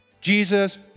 Jesus